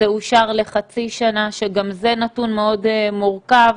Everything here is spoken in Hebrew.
זה אושר לחצי שנה, שגם זה נתון מאוד מורכב,